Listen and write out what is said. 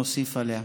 נוסיף עליה.